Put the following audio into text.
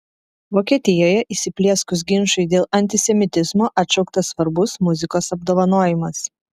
vokietijoje įsiplieskus ginčui dėl antisemitizmo atšauktas svarbus muzikos apdovanojimas